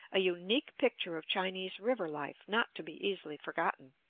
a unique picture of chinese river-life not to be easily forgotten.